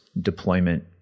deployment